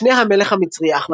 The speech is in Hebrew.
משנה המלך המצרי,